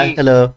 Hello